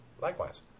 likewise